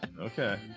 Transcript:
Okay